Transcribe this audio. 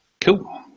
Cool